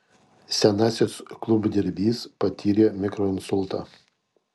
senasis klumpdirbys patyrė mikroinsultą